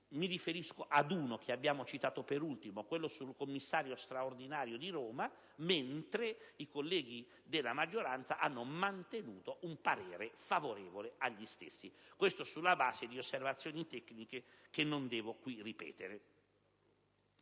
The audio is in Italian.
(mi riferisco ad esempio al punto relativo al commissario straordinario per Roma), mentre i colleghi della maggioranza hanno mantenuto un parere favorevole. Questo sulla base di osservazioni tecniche che non devo qui ripetere.